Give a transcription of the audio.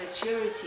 maturity